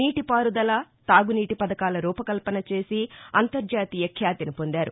నీటి పారుదల తాగునీటి పథకాల రూపకల్పన చేసి అంతర్జాతీయ ఖ్యాతిని పొందారు